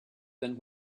than